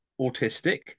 autistic